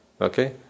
okay